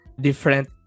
different